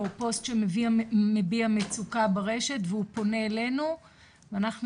או פוסט שמביע מצוקה ברשת והוא פונה אלינו ואנחנו